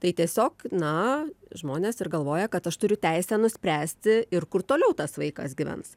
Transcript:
tai tiesiog na žmonės ir galvoja kad aš turiu teisę nuspręsti ir kur toliau tas vaikas gyvens